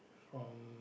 from